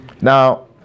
Now